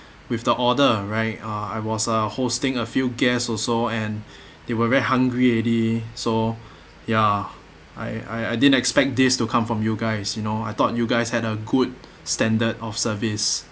with the order right uh I was uh hosting a few guests also and they were very hungry already so ya I I I didn't expect this to come from you guys you know I thought you guys had a good standard of service